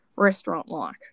restaurant-like